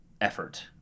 effort